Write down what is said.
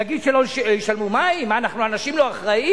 נגיד שלא ישלמו מים, מה, אנחנו אנשים לא אחראיים?